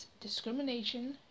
discrimination